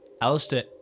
alistair